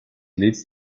leads